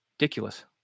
Ridiculous